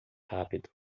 rápido